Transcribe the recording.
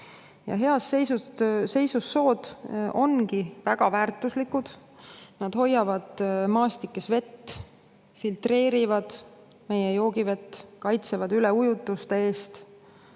raba. Heas seisus sood ongi väga väärtuslikud. Need hoiavad maastikes vett, filtreerivad meie joogivett, kaitsevad üleujutuste eest